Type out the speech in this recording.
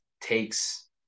takes